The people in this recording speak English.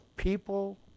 People